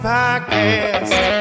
Podcast